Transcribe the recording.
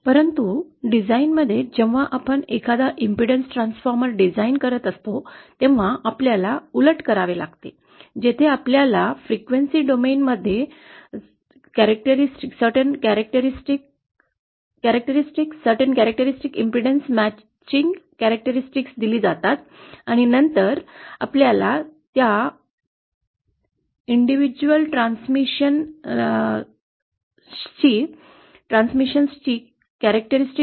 परंतु डिझाइनमध्ये जेव्हा आपण एखादा इंपेडन्स ट्रान्सफॉर्मर डिझाइन करत असतो तेव्हा आपल्याला उलट करावे लागेल जेथे आपल्याला वारंवारता डोमेनमध्ये विशिष्ट वैशिष्ट्ये विशिष्ट प्रतिबाधा जुळणारी वैशिष्ट्ये characteristics certain impedance matching characteristics दिली जातात आणि नंतर आपल्याला त्या व्यक्तीस वैयक्तिक संक्रमणा ची वैशिष्ट्यपूर्ण अडचण काढावी लागते